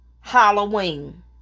Halloween